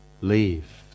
leave